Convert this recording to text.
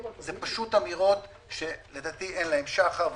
אלו אמירות שלדעתי אין להן שחר.